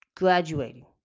graduating